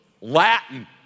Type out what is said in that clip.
Latin